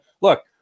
look